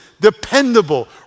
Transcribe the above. dependable